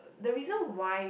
the reason why